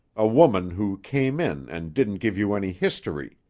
a woman who came in and didn't give you any history.